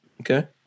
Okay